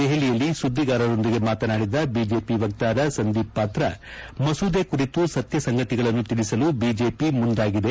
ದೆಹಲಿಯಲ್ಲಿ ಸುದ್ದಿಗಾರರೊಂದಿಗೆ ಮಾತನಾಡಿದ ಬಿಜೆಪಿ ವಕ್ತಾರ ಸಂದೀಪ್ ಪಾತ್ರ ಮಸೂದೆ ಕುರಿತು ಸತ್ಲಸಂಗತಿಗಳನ್ನು ತಿಳಿಸಲು ಬಿಜೆಪಿ ಮುಂದಾಗಿದೆ